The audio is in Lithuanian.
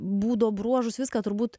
būdo bruožus viską turbūt